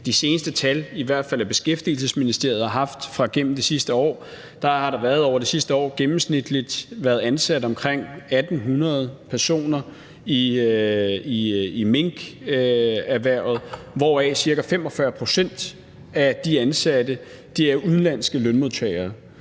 de seneste tal, som Beskæftigelsesministeriet har haft – at der over det sidste år gennemsnitligt har været ansat omkring 1.800 personer i minkerhvervet, hvoraf ca. 45 pct. af de ansatte er udenlandske lønmodtagere,